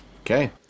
Okay